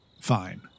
Fine